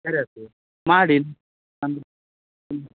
ಸರಿ ಅಪ್ಪಿ ಮಾಡಿ ಹಾಂ ಹ್ಞೂ